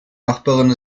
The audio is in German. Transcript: nachbarin